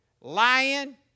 Lying